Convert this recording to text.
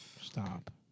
Stop